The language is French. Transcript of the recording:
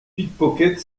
pickpocket